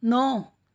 नौ